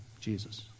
Jesus